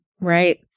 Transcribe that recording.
right